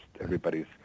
everybody's